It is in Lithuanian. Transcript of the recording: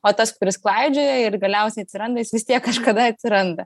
o tas kuris klaidžioja ir galiausiai atsiranda jis vis tiek kažkada atsiranda